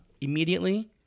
immediately